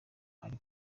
ari